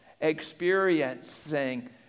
experiencing